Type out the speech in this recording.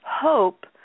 hope